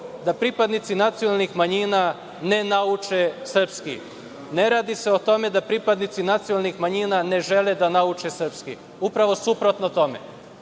da pripadnici nacionalnih manjina ne nauče srpski. Ne radi se o tome da pripadnici nacionalnih manjina ne žele da nauče srpski. Upravo suprotno tome.